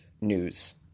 News